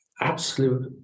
absolute